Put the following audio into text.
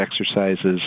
exercises